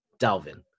Dalvin